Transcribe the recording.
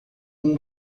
com